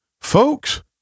Folks